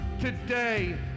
today